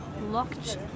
locked